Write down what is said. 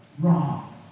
wrong